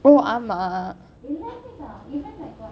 o ஆமா:aamaa